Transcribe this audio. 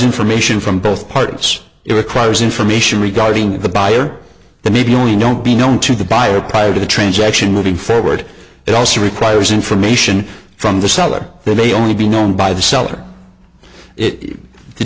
information from both partners it requires information regarding the buyer that maybe only don't be known to the buyer prior to the transaction moving forward it also requires information from the seller there may only be known by the seller